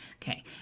Okay